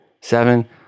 Seven